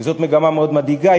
וזאת מגמה מאוד מדאיגה.